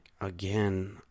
again